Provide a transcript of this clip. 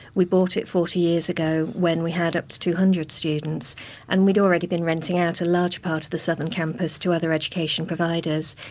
we bought it forty years ago when we had up to two hundred students and we'd already been renting out a large part of the southern campus to other education providers.